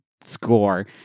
score